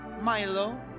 Milo